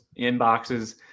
inboxes